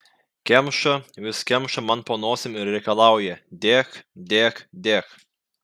kemša vis kemša man po nosim ir reikalauja dėk dėk dėk